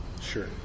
Sure